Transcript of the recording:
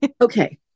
Okay